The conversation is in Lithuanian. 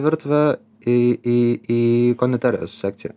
virtuvę į į į konditerijos sekciją